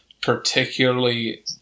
particularly